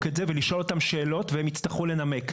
את זה ולשאול אותם שאלות והם יצטרכו לנמק.